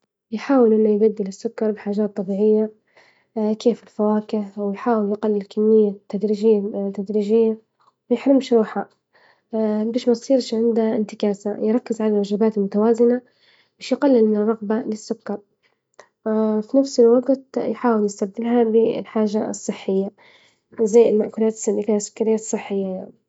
يحاول إنه يبدل السكر بحاجات طبيعية، كيف الفواكه ويحاول يقلل كمية تدريجيا -تدريجيا وميحرمش روحة، باش ميصيرش عنده إنتكاسة، يركز على الوجبات المتوازنة، باش يقلل من الرغبة للسكر، في نفس الوقت يحاول يستبدلها بحاجة صحية، زي المأكولات اللي فيها السكريات الصحية.